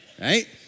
right